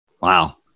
Wow